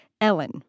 Ellen